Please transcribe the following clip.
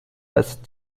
west